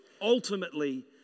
ultimately